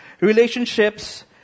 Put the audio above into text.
relationships